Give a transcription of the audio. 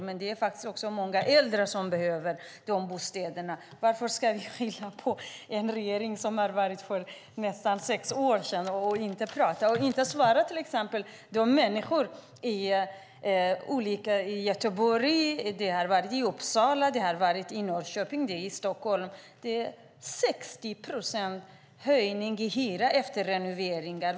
Men även många äldre behöver bostäder. Varför skylla på en regering som fanns för sex år sedan? Varför har inte de människor som bor i Göteborg, Uppsala, Norrköping och Stockholm fått svar? Efter renoveringar har det blivit 60-procentiga hyreshöjningar.